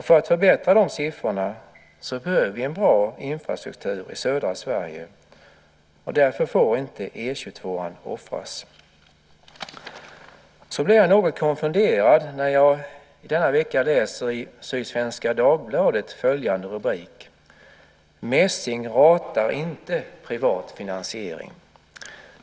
För att förbättra siffrorna behöver vi en bra infrastruktur i södra Sverige. Därför får inte E 22:an offras. Jag blir något konfunderad när jag denna vecka läser följande rubrik i Sydsvenska Dagbladet: "Messing ratar inte privat finansiering."